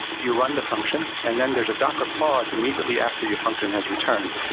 you run the function and then there's a docker pause immediately after your function has returned.